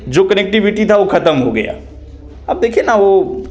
जो कनेक्टविटी थी वह ख़त्म हो गई अब देखिए ना वह